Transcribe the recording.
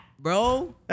Bro